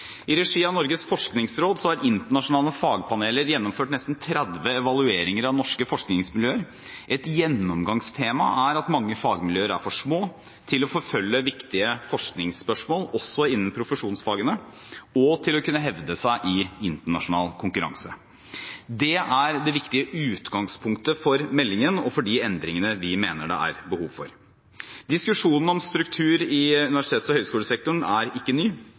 I regi av Norges forskningsråd har internasjonale fagpaneler gjennomført nesten 30 evalueringer av norske forskningsmiljøer. Et gjennomgangstema er at mange fagmiljøer er for små til å forfølge viktige forskningsspørsmål, også innen profesjonsfagene, og til å kunne hevde seg i internasjonal konkurranse. Det er det viktige utgangspunktet for meldingen og for de endringene vi mener det er behov for. Diskusjonen om struktur i universitets- og høyskolesektoren er ikke ny.